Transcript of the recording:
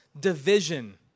division